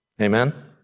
Amen